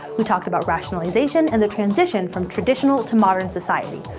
we talked about rationalization and the transition from traditional to modern society.